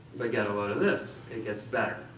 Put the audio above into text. but get a load of this, it gets better.